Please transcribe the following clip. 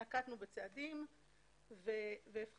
נקטנו בצעדים והפחתנו.